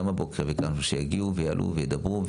גם הבוקר ביקשנו שיגיעו ויעלו וידברו.